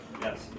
yes